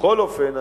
בכל אופן,